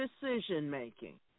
decision-making